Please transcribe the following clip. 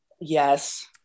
Yes